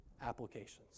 applications